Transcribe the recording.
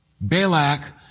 Balak